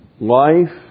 life